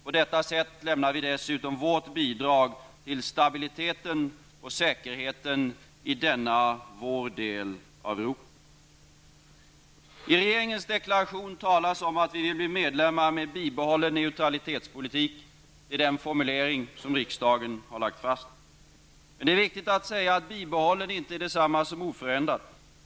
På detta sätt lämnar vi dessutom vårt bidrag till stabiliteten och säkerheten i denna vår del av Europa. I regeringens deklaration talas det om att vi vill bli medlemmar med ''bibehållen neutralitetspolitik''. Det är den formulering som riksdagen har lagt fast. Det är viktigt att säga att ''bibehållen'' inte är detsamma som ''oförändrad''.